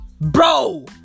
Bro